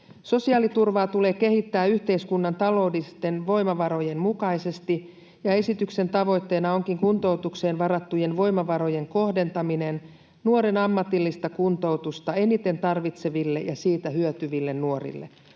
Sosiaaliturvaa tulee kehittää yhteiskunnan taloudellisten voimavarojen mukaisesti, ja esityksen tavoitteena onkin kuntoutukseen varattujen voimavarojen kohdentaminen nuoren ammatillista kuntoutusta eniten tarvitseville ja siitä hyötyville nuorille.